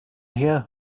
her